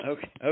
Okay